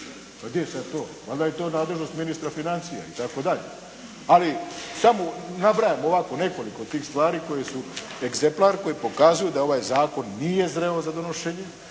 Pa gdje je sad to. Valjda je to nadležnost ministra financija itd. Ali samo nabrajam ovako nekoliko tih stvari koje su …/Govornik se ne razumije./…, koje pokazuju da ovaj zakon nije zreo za donošenje